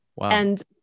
And-